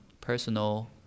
Personal